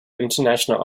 international